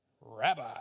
rabbi